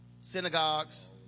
synagogues